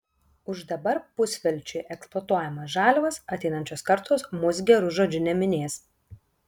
už dabar pusvelčiui eksploatuojamas žaliavas ateinančios kartos mus geru žodžiu neminės